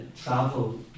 travel